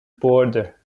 border